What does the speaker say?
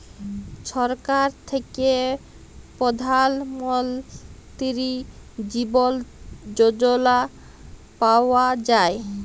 ছরকার থ্যাইকে পধাল মলতিরি জীবল যজলা পাউয়া যায়